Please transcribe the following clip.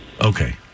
Okay